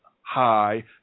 high